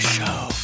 Show